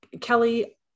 Kelly